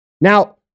Now